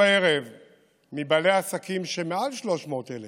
מבעלי העסקים שמעל 300,000